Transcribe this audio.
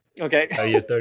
Okay